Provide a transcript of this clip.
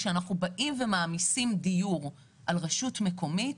כשאנחנו באים ומעמיסים דיור על רשות מקומית,